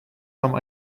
some